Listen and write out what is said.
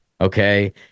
okay